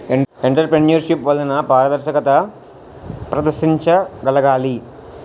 entrepreneurship వలన పారదర్శకత ప్రదర్శించగలగాలి